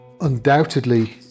undoubtedly